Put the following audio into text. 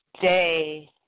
day